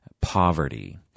poverty